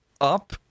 up